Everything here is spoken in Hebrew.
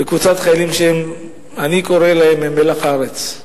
בקבוצת חיילים שאני קורא להם "מלח הארץ".